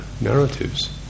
narratives